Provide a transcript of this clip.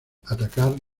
atacar